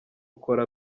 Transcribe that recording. ukora